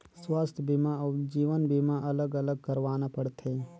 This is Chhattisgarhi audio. स्वास्थ बीमा अउ जीवन बीमा अलग अलग करवाना पड़थे?